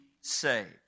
saved